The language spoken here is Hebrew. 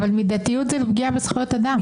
אבל מידתיות זה פגיעה בזכויות אדם.